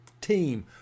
team